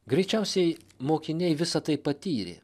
greičiausiai mokiniai visa tai patyrė